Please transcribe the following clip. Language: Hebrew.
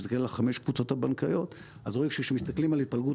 כשמסתכלים על חמש הקבוצות הבנקאיות אז רואים שכשמסתכלים על התפלגות